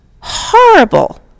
horrible